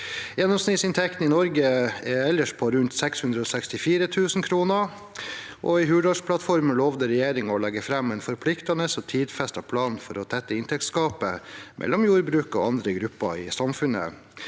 Gjennomsnittsinntekten i Norge er på rundt 664 000 kr. I Hurdalsplattformen lovte regjeringen å legge frem en forpliktende og tidfesta plan for å tette inntektsgapet mellom jordbruket og andre grupper i samfunnet,